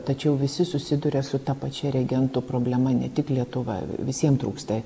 tačiau visi susiduria su ta pačia reagentų problema ne tik lietuva visiem trūksta